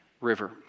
River